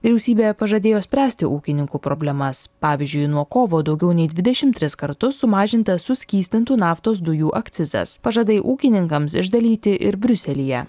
vyriausybė pažadėjo spręsti ūkininkų problemas pavyzdžiui nuo kovo daugiau nei dvidešim tris kartus sumažinta suskystintų naftos dujų akcizas pažadai ūkininkams išdalyti ir briuselyje